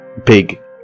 big